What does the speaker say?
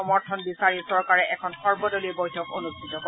সমৰ্থন বিচাৰি চৰকাৰে এখন সৰ্বদলীয় বৈঠক অনুষ্ঠিত কৰে